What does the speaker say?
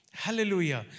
Hallelujah